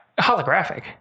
holographic